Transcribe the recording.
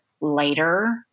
later